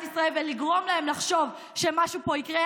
ישראל ולגרום להם לחשוב שמשהו פה יקרה.